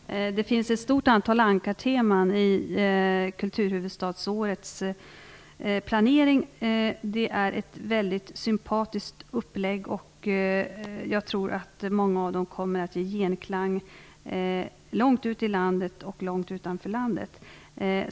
Fru talman! Det finns ett stort antal ankarteman i kulturhuvudstadsårets planering. Det är en mycket sympatisk uppläggning, och jag tror att många av dem kommer att ge genklang långt ute i landet och långt utanför landet.